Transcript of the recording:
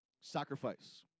Sacrifice